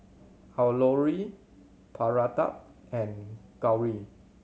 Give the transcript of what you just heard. Alluri Pratap and Gauri